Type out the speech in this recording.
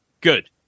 Good